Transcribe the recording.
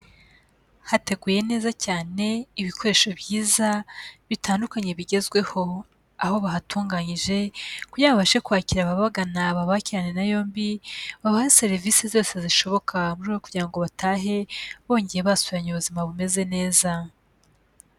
Hateguye neza cyane ibikoresho byiza bitandukanye bigezweho, aho bahatunganyije kugira babashe kwakira ababagana babakirane yombi babahe serivisi zose zishoboka kugira ngo batahe bongeye basubiranye ubuzima bumeze neza.